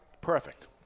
Perfect